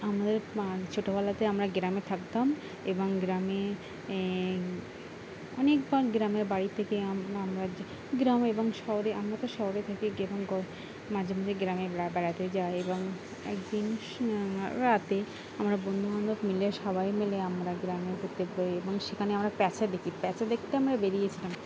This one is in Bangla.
আমাদের ছোটোবেলাতে আমরা গ্রামে থাকতাম এবং গ্রামে অনেকবার গ্রামের বাড়ি থেকে আমরা গ্রামে এবং শহরে আমরা তো শহরে থাকি মাঝে মাঝে গ্রামে বেড়াতে যাই এবং একদিন রাতে আমরা বন্ধুবান্ধব মিলে সবাই মিলে আমরা গ্রামে ঘুরতে বেরোই এবং সেখানে আমরা প্যাঁচা দেখি প্যাঁচা দেখতে আমরা বেরিয়েছিলাম